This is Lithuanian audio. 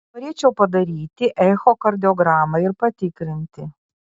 norėčiau padaryti echokardiogramą ir patikrinti